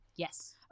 Yes